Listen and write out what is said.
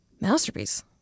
masterpiece